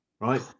right